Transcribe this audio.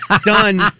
Done